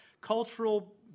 cultural